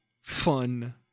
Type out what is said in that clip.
fun